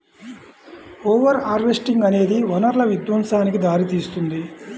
over harvesting అనేది వనరుల విధ్వంసానికి దారితీస్తుంది